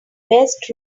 best